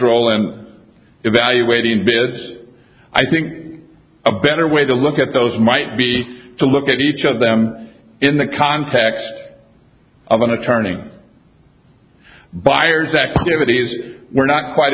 role and evaluating because i think a better way to look at those might be to look at each of them in the context of a turning buyers activities we're not quite